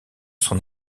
son